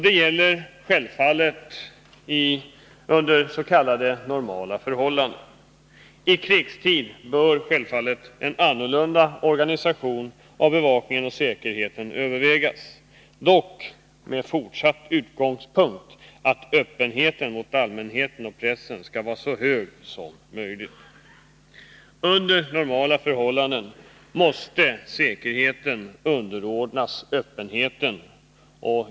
Det gäller under s.k. normala förhållanden. I krigstid bör självfallet en annorlunda organisaiton av bevakningen och säkerheten övervägas, dock med den fortsatta utgångspunkten att öppenheten mot allmänheten och pressen skall vara så stor som möjligt. Under normala förhållanden måste säkerheten underordnas öppenheten.